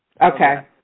Okay